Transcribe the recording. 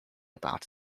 about